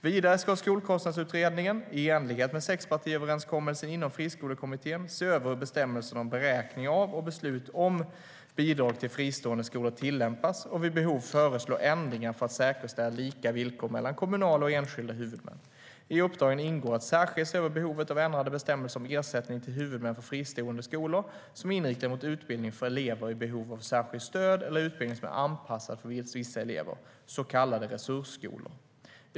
Vidare ska Skolkostnadsutredningen, i enlighet med sexpartiöverenskommelsen inom Friskolekommittén, se över hur bestämmelserna om beräkning av och beslut om bidrag till fristående skolor tillämpas och vid behov föreslå ändringar för att säkerställa lika villkor mellan kommunala och enskilda huvudmän. I uppdragen ingår att särskilt se över behovet av ändrade bestämmelser om ersättning till huvudmän för fristående skolor som är inriktade mot utbildning för elever i behov av särskilt stöd eller utbildning som är anpassad för vissa elever, så kallade resursskolor.